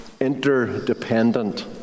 interdependent